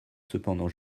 cependant